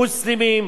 מוסלמים,